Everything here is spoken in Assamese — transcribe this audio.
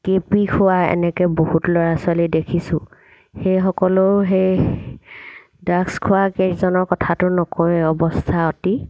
কে পি খোৱা এনেকৈ বহুত ল'ৰা ছোৱালী দেখিছোঁ সেই সকলো সেই ড্ৰাগছ খোৱা কেইজনৰ কথাটো নকওঁৱে অৱস্থা অতি